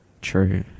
True